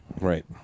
Right